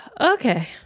Okay